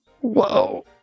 Whoa